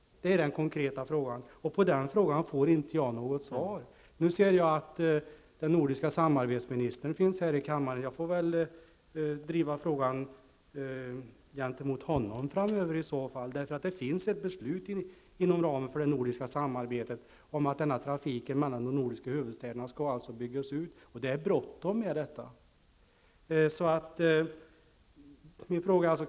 Det är den konkreta frågan. På den frågan får jag inget svar. Jag ser nu att den nordiske samarbetsministern finns här i kammaren. Jag får driva frågan gentemot honom framöver. Det finns ett beslut inom ramen för det nordiska samarbetet om att trafiken mellan de nordiska huvudstäderna skall byggas ut. Det är bråttom.